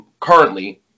currently